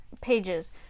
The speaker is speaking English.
pages